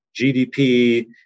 GDP